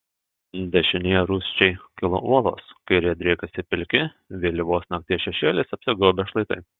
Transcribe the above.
dešinėje rūsčiai kilo uolos kairėje driekėsi pilki vėlyvos nakties šešėliais apsigaubę šlaitai